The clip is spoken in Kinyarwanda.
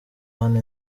hano